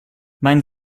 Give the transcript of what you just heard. mein